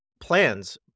plans